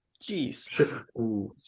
Jeez